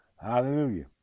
hallelujah